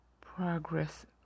progress